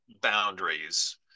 boundaries